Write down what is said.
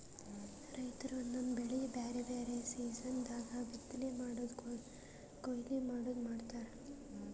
ರೈತರ್ ಒಂದೊಂದ್ ಬೆಳಿ ಬ್ಯಾರೆ ಬ್ಯಾರೆ ಸೀಸನ್ ದಾಗ್ ಬಿತ್ತನೆ ಮಾಡದು ಕೊಯ್ಲಿ ಮಾಡದು ಮಾಡ್ತಾರ್